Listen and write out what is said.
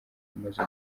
amaze